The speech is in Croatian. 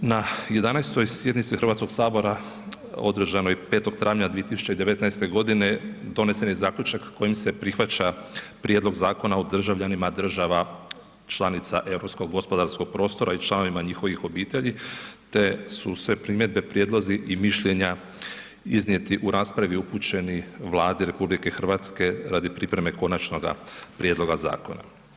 Na 11. sjednici Hrvatskog sabora održanoj 5. travnja 2019. g. donesen je zaključak kojim se prihvaća Prijedlog Zakona o državljanima država članica europskog gospodarskog prostora i članovima njihovih obitelji te su sve primjedbe, prijedlozi i mišljenja iznijeti u raspravi upućeni Vladi RH radi pripreme konačnoga prijedloga zakona.